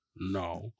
No